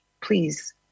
please